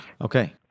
Okay